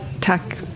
tech